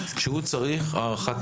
שהוא צריך הערכת מסוכנות.